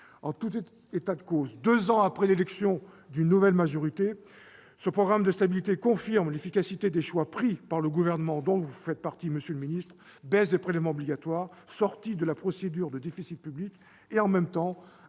En tout état de cause, deux ans après l'élection d'une nouvelle majorité, ce programme de stabilité confirme l'efficacité des choix pris par le Gouvernement dont vous faites partie, monsieur le ministre : baisse des prélèvements obligatoires, sortie de la procédure de déficit public et, en même temps,